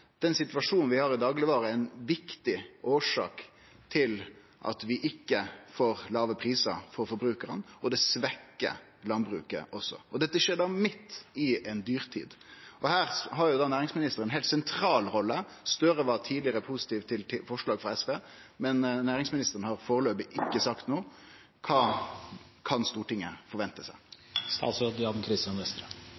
Den situasjonen vi har i daglegvarebransjen er ein viktig årsak til at vi ikkje får låge prisar for forbrukarane, og det svekkjer landbruket også. Og dette skjer midt i ei dyrtid. Her har næringsministeren ei heilt sentral rolle. Støre har tidlegare vore positiv til forslag frå SV, men næringsministeren har førebels ikkje sagt noko. Kva kan Stortinget vente seg?